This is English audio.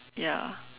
ya